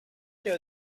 know